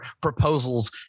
proposals